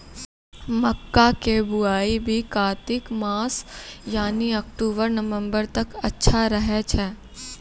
मक्का के बुआई भी कातिक मास यानी अक्टूबर नवंबर तक अच्छा रहय छै